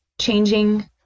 changing